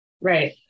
Right